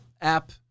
app